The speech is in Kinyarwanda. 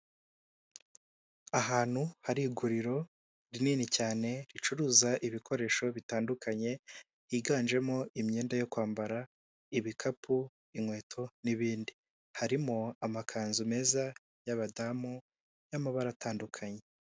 Ahantu hari iguriro rinini cyane ricuruza ibikoresho bitandukanye, higanjemo imyenda yo kwambara, ibikapu, inkweto n'ibindi, harimo amakanzu meza y'abadamu y'amabara atandukanye,